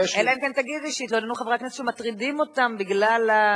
אלא אם כן תגיד לי שהתלוננו חברי הכנסת שמטרידים אותם בגלל,